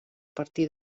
partir